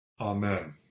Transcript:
Amen